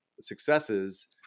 successes